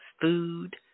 food